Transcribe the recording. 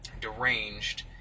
deranged